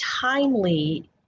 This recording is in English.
timely